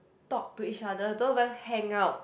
talk to each other don't even hang out